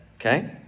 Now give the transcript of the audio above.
Okay